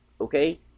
Okay